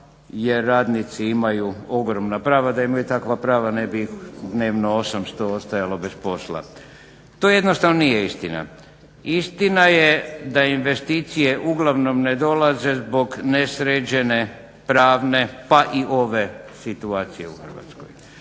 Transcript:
jer radnici imaju ogromna prava. Da imaju takva prava ne bi ih dnevno osamsto ostajalo bez posla. To jednostavno nije istina. Istina je da investicije uglavnom ne dolaze zbog nesređene pravne pa i ove situacije u Hrvatskoj.